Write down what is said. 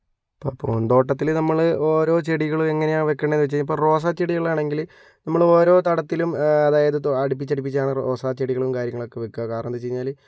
ഇപ്പോൾ പൂന്തോട്ടത്തില് നമ്മൾ ഓരോ ചെടികളും എങ്ങനെയാണ് വയ്ക്കേണ്ടത് വെച്ചാൽ ഇപ്പോൾ റോസാ ചെടികളാണെങ്കിൽ നമ്മളോരോ തടത്തിലും അതായത് അടുപ്പിച്ചാണ് റോസാ ചെടികളും കാര്യങ്ങളൊക്കെ വയ്ക്കുക കാരണം എന്താന്ന് വെച്ച് കഴിഞ്ഞാൽ